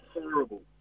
horrible